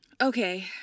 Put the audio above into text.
Okay